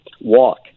walk